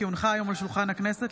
כי הונחה היום על שולחן הכנסת,